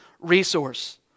resource